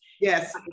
yes